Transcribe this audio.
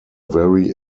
very